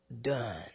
done